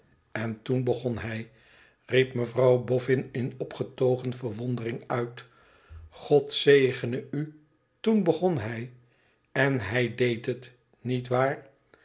en toen begon hij riep mevrouw boffin in opgetogen verwondering uit god zegene u toen begon hij en hij deed het niet waar